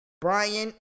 Brian